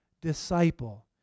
disciple